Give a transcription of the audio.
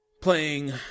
playing